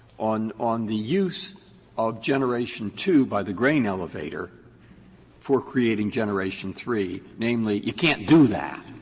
on on the use of generation two by the grain elevator for creating generation three, namely you can't do that.